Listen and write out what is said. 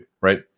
right